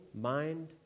mind